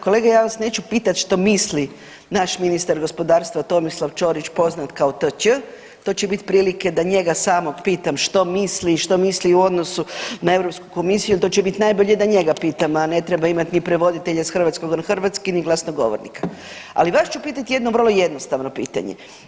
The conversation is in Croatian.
Kolega, ja vas neću pitat što misli naš ministar gospodarstva Tomislav Ćorić poznat kao tć, to će bit prilike da njega samog pitam što misli i što misli u odnosu na Europsku komisiju, to će bit najbolje da njega pitam, a ne treba imat ni prevoditelja s hrvatskog na hrvatski, ni glasnogovornika, ali vas ću pitat jedno vrlo jednostavno pitanje.